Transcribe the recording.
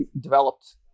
developed